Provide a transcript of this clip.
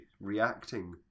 reacting